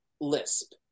lisp